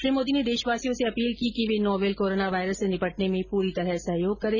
श्री मोदी ने देशवासियों से अपील की है कि वे नोवेल कोरोना वायरस से निपटने में पूरी तरह सहयोग करें